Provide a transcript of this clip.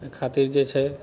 ओइ खातिर जे छै